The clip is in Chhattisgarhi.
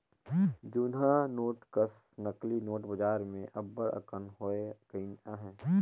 जुनहा नोट कस नकली नोट बजार में अब्बड़ अकन होए गइन अहें